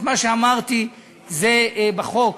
מה שאמרתי זה בחוק,